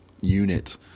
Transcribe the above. unit